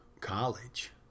college